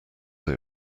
they